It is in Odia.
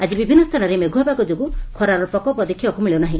ଆକି ବିଭିନ୍ନ ସ୍ଥାନରେ ମେଘୁଆ ପାଗ ଯୋଗୁଁ ଖରାର ପ୍ରକୋପ ଦେଖ୍ବାକୁ ମିଳୁ ନାହି